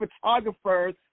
photographers